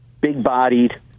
big-bodied